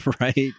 right